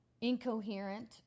Incoherent